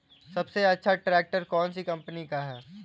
सबसे अच्छा ट्रैक्टर कौन सी कम्पनी का है?